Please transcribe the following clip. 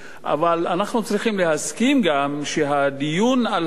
אבל אנחנו צריכים להסכים גם שהדיון על הנושא